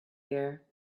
here